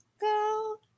go